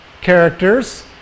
characters